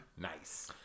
Nice